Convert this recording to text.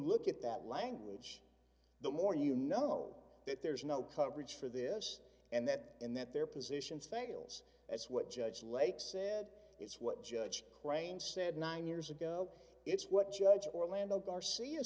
look at that language the more you know that there's no coverage for this and that and that their positions fails as what judge lake said it's what judge crane said nine years ago it's what judge orlando garcia